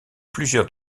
plusieurs